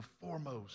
foremost